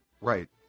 Right